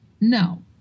no